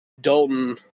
Dalton